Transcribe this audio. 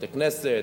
בתי-כנסת,